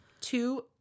Two